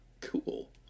Cool